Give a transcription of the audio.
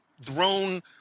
thrown